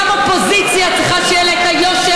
גם אופוזיציה צריכה שיהיה לה את היושר